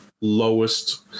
lowest